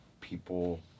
people